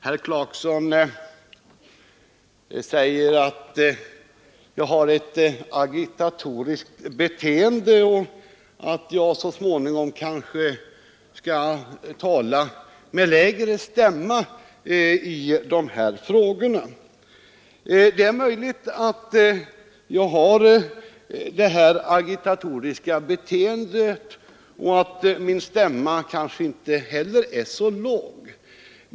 Herr Clarkson sade att jag har ett agitatoriskt beteende och att jag så småningom kanske får tala med lägre stämma i de här frågorna. Ja, det är möjligt att jag har ett agitatoriskt beteende och att min stämma inte är särskilt lågmäld.